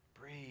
breathe